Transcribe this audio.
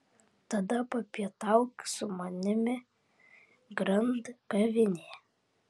tada papietauk su manimi grand kavinėje